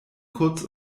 kurz